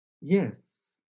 Yes